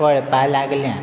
फळपा लागल्या